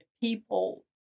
people